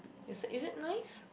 is is it nice